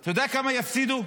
אתה יודע כמה יפסידו?